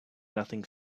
nothing